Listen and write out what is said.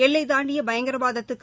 எல்லை தாண்டிய பயங்கரவாதத்துக்கு